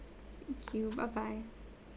thank you bye bye